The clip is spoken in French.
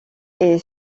est